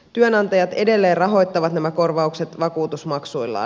työnantajat edelleen rahoittavat nämä korvaukset vakuutusmaksuillaan